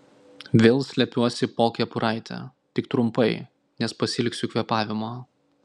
vėl slepiuosi po kepuraite tik trumpai nes pasiilgsiu kvėpavimo